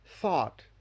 thought